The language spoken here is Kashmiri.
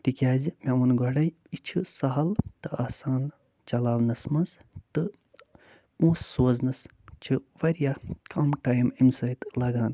تِکیٛازِ مےٚ ووٚن گۄڈَے یہِ چھِ سہل تہٕ آسان چلاونَس منٛز تہٕ پونٛسہٕ سوزنَس چھِ واریاہ کَم ٹایم اَمہِ سۭتۍ لگان